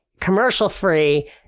commercial-free